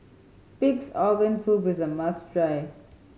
Pig's Organ Soup is a must try